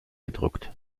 gedruckt